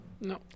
No